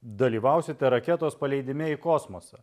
dalyvausite raketos paleidime į kosmosą